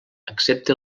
excepte